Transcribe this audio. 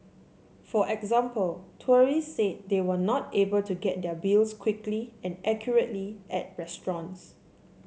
for example tourists said they were not able to get their bills quickly and accurately at restaurants